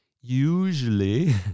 usually